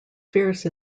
fierce